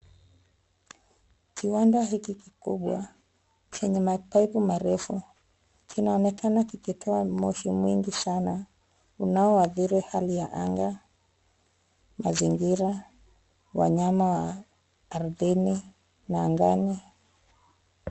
Kiwanda hiki kikubwa chenye mapaipu marefu kinaonekana kikitoa moshi mwingi sana unaoadhiri hali ya anga, mazingira wanyama ardhini na angani.